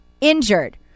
injured